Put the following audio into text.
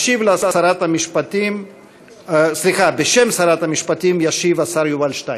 בשם שרת המשפטים ישיב השר יובל שטייניץ.